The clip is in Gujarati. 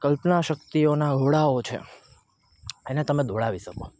કલ્પના શક્તિઓના ઘોડાઓ છે એને તમે દોડાવી શકો